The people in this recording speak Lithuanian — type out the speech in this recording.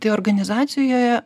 tai organizacijoje